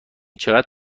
چقدر